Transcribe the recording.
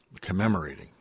commemorating